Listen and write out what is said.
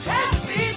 Happy